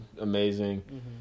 amazing